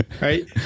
Right